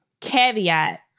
caveat